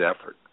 effort